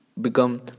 become